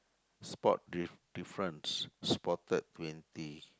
spot diff~ difference spotted twenty